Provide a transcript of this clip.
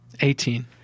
Eighteen